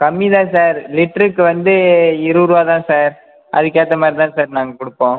கம்மி தான் சார் லிட்டருக்கு வந்து இருபது ரூபா தான் சார் அதுக்கேற்ற மாதிரி தான் சார் நாங்கள் கொடுப்போம்